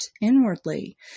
inwardly